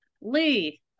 Lee